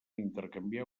intercanviar